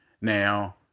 now